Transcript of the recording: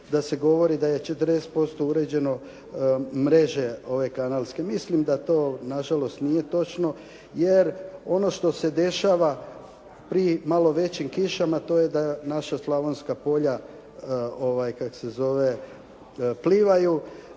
da se govori da je 40% uređeno mreže ove kanalske, mislim da to na žalost nije točno, jer ono što se dešava pri malo većim kišama to je da naša slavonska polja plivaju